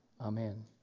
Amen